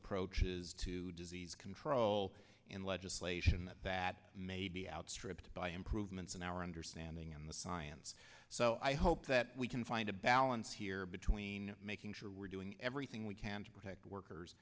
approaches to disease control and legislation that that may be outstripped by improvements in our understanding and the science so i hope that we can find a balance here between making sure we're doing everything we can to protect workers